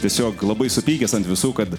tiesiog labai supykęs ant visų kad